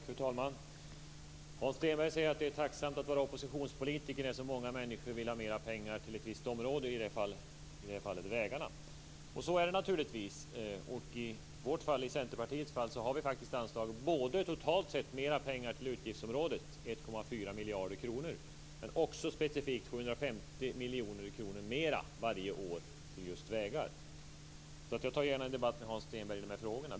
Fru talman! Hans Stenberg säger att det är tacksamt att vara oppositionspolitiker när så många människor vill ha mer pengar till ett visst område, och i det här fallet vägarna. Så är det naturligtvis. I Centerpartiets fall har vi föreslagit både totalt sett mer pengar till utgiftsområdet, 1,4 miljarder kronor, och specifikt 750 miljoner kronor mer varje år till just vägar. Jag tar gärna en debatt med Hans Stenberg i de frågorna.